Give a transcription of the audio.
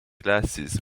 glasses